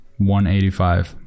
185